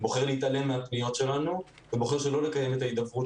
בוחר להתעלם מהפניות שלנו ובוחר שלא לקיים את ההידברות